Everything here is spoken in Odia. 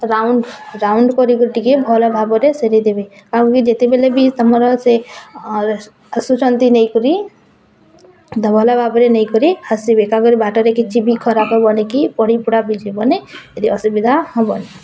ରାଉଣ୍ଡ ରାଉଣ୍ଡ କରିକ ଟିକିଏ ଭଲ ଭାବରେ ସେରେଇ ଦେବେ ଆଉ ବି ଯେତେବେଲେ ବି ତମର ସେ ଆସୁଛନ୍ତି ନେଇକରି ଦବାଲବା ପରେ ନେଇକରି ଆସିବେ ତାଙ୍କର ବାଟରେ କିଛି ବି ଖରାପ ହବନି କି ପଡ଼ିପୁଡ଼ା ବି ଯିବନି ଯଦି ଅସୁବିଧା ହବନି